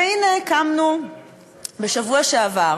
והנה, קמנו בשבוע שעבר